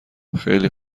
خیلی